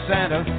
Santa